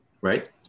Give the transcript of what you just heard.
right